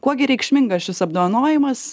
kuo gi reikšmingas šis apdovanojimas